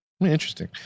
Interesting